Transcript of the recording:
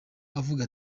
avuga